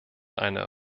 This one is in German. eine